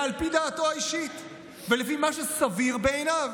על פי דעתו האישית ולפי מה שסביר בעיניו.